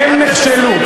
הן נכשלו.